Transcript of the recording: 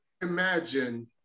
imagine